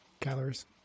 Calories